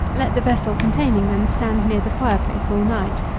let the vessel containing them stand near the fire-place all night.